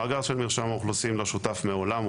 המאגר של מרשם האוכלוסין לא שותף מעולם.